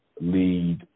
lead